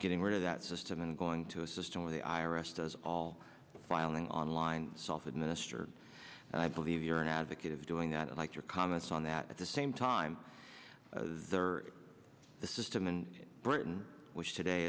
getting rid of that system and going to a system where the i r s does all filing online self administered and i believe you're an advocate of doing that i'd like your comments on that at the same time the system in britain which today